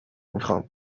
میخام